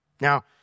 Now